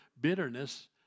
bitterness